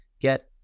get